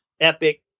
epic